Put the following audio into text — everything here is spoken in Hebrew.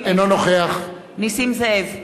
אינו נוכח נסים זאב,